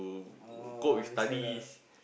oh I understand ah